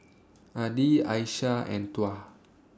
Adi Aisyah and Tuah